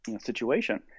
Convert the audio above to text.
situation